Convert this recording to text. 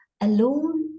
alone